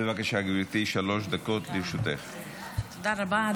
תודה רבה.